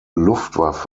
luftwaffe